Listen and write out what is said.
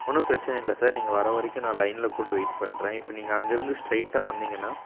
ஒன்றும் பிரச்சனை இல்லை சார் நீங்கள் வர வரைக்கும் நான் லைனில் கூட வெயிட் பண்ணுறேன் இப்போ நீங்கள் அங்கே இருந்து ஸ்ட்ரைட்டாக வந்தீங்கன்னா